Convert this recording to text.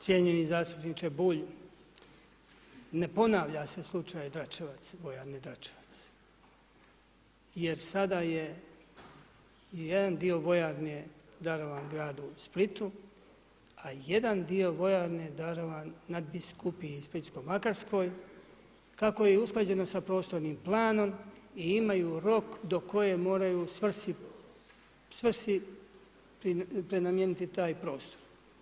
Cijenjeni zastupniče Bulj, ne ponavlja se slučaj … Jer sada je jedan dio vojarne darovan gradu Splitu, a jedan dio vojarne darovan nadbiskupiji Splitsko makarsko, kako je usklađeno s prostornim planom i imaju rok do koje moraju svrsi prenamijeniti taj prostor.